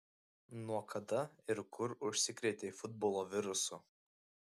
nuo kada ir kur užsikrėtei futbolo virusu